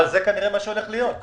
אבל זה כנראה מה שהולך להיות.